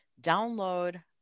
download